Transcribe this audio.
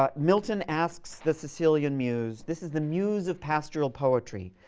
um milton asks the sicilian muse this is the muse of pastoral poetry